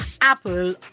Apple